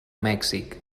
mèxic